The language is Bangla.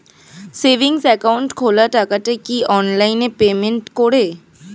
সেভিংস একাউন্ট খোলা টাকাটা কি অনলাইনে পেমেন্ট করে?